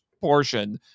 portion